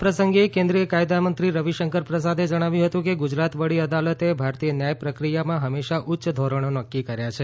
આ પ્રસંગે કેન્દ્રિય કાયદામંત્રી રવિશંકર પ્રસાદે જણાવ્યું હતું કે ગુજરાત વડી અદાલતે ભારતીય ન્યાય પ્રક્રિયામાં હંમેશા ઉચ્ચ ધોરણો નક્કી કર્યા છે